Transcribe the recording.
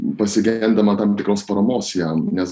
pasigendama tam tikros paramos jam nes